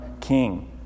king